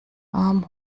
arm